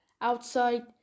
Outside